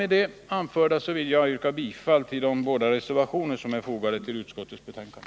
Med det anförda vill jag yrka bifall till de båda reservationer som är fogade till utbildningsutskottets betänkande.